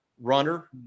runner